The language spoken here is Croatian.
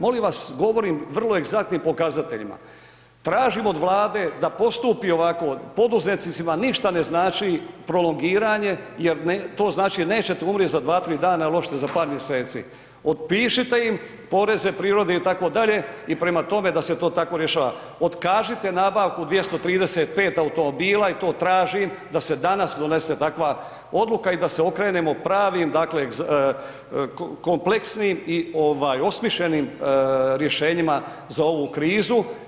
Molim vas govorim vrlo egzaktnim pokazateljima, tražim od Vlade da postupi ovako, poduzetnicima ništa ne znači prolongiranje jer to znači nećete umrijeti za dva, tri dana, ali hoćete za par mjeseci. otpišite im poreze, prihode itd. i prema tome da se to tako rješava, otkažite nabavku 235 automobila i to tražim da se danas donese takva odluka i da se okrenemo pravim kompleksnim i osmišljenim rješenjima za ovu krizu.